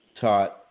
taught